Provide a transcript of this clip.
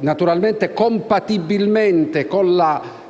naturalmente compatibilmente con il